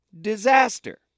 disaster